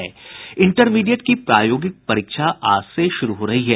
intermediate की प्रायोगिक परीक्षा आज से शुरू हो रही है